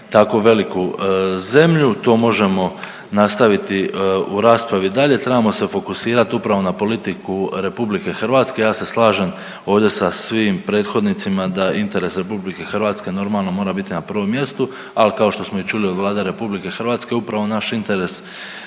tako veliku zemlju, to možemo nastaviti u raspravi dalje, trebamo se fokusirat upravo na politiku RH. Ja se slažem ovdje sa svim prethodnicima da interes RH normalno mora biti na prvom mjestu, al kao što smo i čuli od Vlade RH upravo naš interes